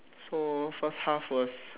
so first half was